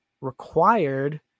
required